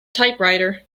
typewriter